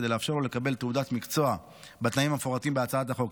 כדי לאפשר לו לקבל תעודת מקצוע בתנאים המפורטים בהצעת החוק.